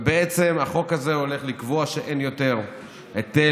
החוק הזה הולך לקבוע שאין יותר היטל